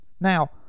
Now